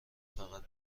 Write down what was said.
فقط